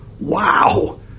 Wow